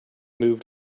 moved